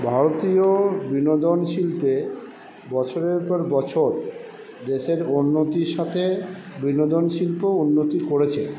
ভারতীয় বিনোদন শিল্পে বছরের পর বছর দেশের উন্নতির সাথে বিনোদন শিল্প উন্নতি করেছে